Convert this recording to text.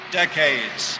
decades